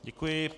Děkuji.